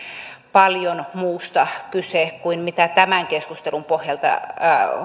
paljon muusta kyse kuin mitä tämän keskustelun pohjalta